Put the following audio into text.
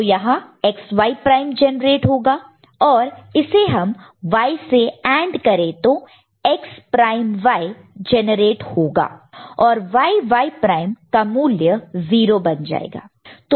तो यहां XY prime generate होगा और इसे हम Y से AND करें तो X प्राइम Y जनरेट होगा और Y Y प्राइम का मूल्य 0 बन जाएगा